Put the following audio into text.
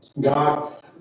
God